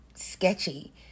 sketchy